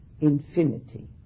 infinity